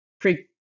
pre